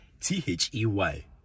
t-h-e-y